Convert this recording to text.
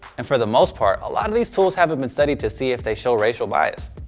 and for the most part, a lot of these tools haven't been studied to see if they show racial bias.